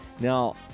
Now